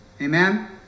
Amen